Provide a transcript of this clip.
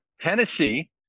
Tennessee